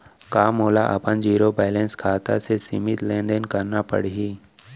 का मोला अपन जीरो बैलेंस खाता से सीमित लेनदेन करना पड़हि?